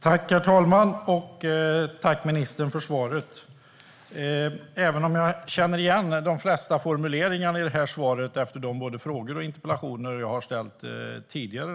Herr talman! Jag tackar ministern för svaret. Jag känner igen de flesta formuleringarna i svaret efter de frågor och interpellationer i ämnet jag har ställt tidigare.